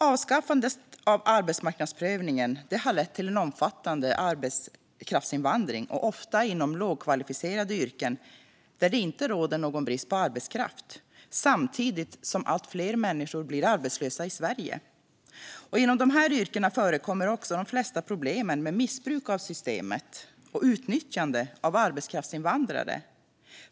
Avskaffandet av arbetsmarknadsprövningen har lett till en omfattande arbetskraftsinvandring, ofta inom lågkvalificerade yrken där det inte råder någon brist på arbetskraft, samtidigt som allt fler människor blir arbetslösa i Sverige. Det är också inom dessa yrken som de flesta problem med missbruk av systemet och utnyttjande av arbetskraftsinvandrare förekommer.